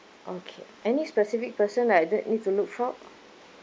okay any specific person that I need to look for